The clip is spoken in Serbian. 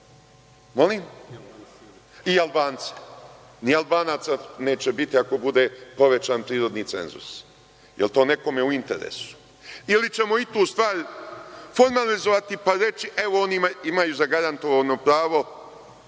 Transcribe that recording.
muslimane i Albance. Ni Albanaca neće biti ako bude povećan prirodni cenzus. Je li to nekome u interesu? Ili ćemo i tu stvar formalizovati, pa reći – evo, oni imaju zagarantovano pravo